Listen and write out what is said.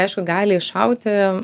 aišku gali iššauti